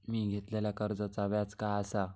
मी घेतलाल्या कर्जाचा व्याज काय आसा?